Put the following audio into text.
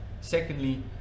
secondly